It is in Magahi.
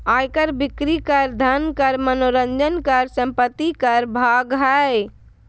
आय कर, बिक्री कर, धन कर, मनोरंजन कर, संपत्ति कर भाग हइ